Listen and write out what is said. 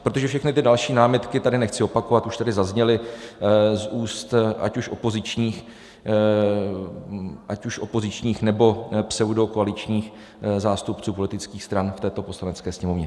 Protože všechny ty další námitky tady nechci opakovat, už tady zazněly z úst ať už opozičních, nebo pseudokoaličních zástupců politických stran v této Poslanecké sněmovně.